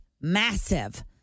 massive